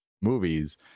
movies